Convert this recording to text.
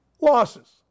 losses